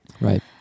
Right